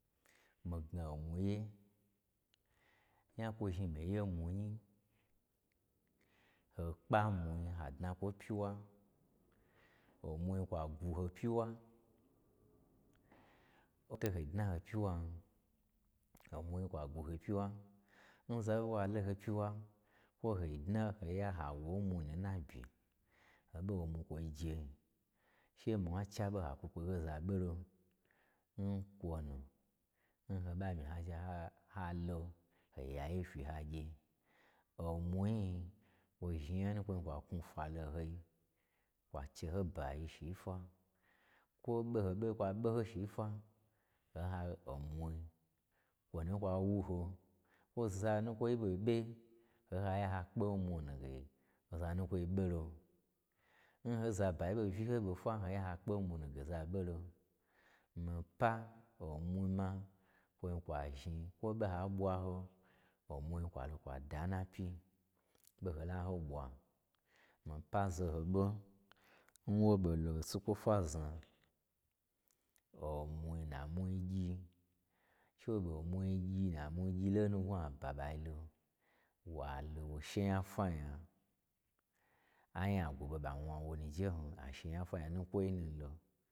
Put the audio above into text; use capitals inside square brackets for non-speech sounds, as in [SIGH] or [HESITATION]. Mii gna omwu ye. Nya kwo zhni mii ye mwu nyi [HESITATION] ho kpa mwvi ha dnakwo n pyiwa, omwu zhni kwa gwu ho pyiwa, kwo to ho dna n ho pyi wan, omwu zhni kwa gwu ho pyiwal nzayewalo ho pyi wa, kwo ho dna ho ya ho wo n mwu nu n nabye, ho ɓa wo omwu kwoje, she mwa chi aɓo, ha kwo kpege aza ɓolon kwonu, n ho ɓa myi ha zhna ha lo hoyawe fyi ha gye. Omwui-i nyi, kwo zhni nya nun kwo zhni kwa knwu fwalo n hoi, kwa che ho bayi shi n fwa. Kwo ɓoho ɓei kwa ɓo ho shi n fwa, n ha wo omwui, kwo nu n kwa wu ho, n za nukwoi ɓei ɓe, n ha kpe n mwu nu ge, oza nukwoi ɓolo. N ho zabayi ɓo uyi ho ɓe fwa n hakpe n mwu nu ge oza ɓolo. Mii pa omwu ma kwon kwa zhni kwo ɓoha ɓwaho, omwui zhni kwalo kwada n napyi, ɓo ho la ho ɓwa. Mii pa zano ɓo n wo ɓolo sukwo fwazna [HESITATION] omwui nna mwui gyi iche wo ɓo n mwui gyi n na mwui gyi lonu n gnwu aba ɓailo, walo wo she nyafwanya, anya gwo ɓe ɓa wna wo nu n jein, ashe nyafwanya nukwoi nulo.